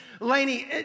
Lainey